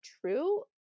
true